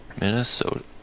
Minnesota